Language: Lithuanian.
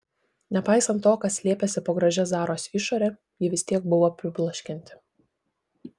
nepaisant to kas slėpėsi po gražia zaros išore ji vis tiek buvo pribloškianti